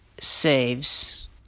saves